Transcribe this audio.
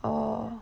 orh